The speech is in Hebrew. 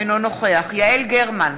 אינו נוכח יעל גרמן,